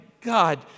God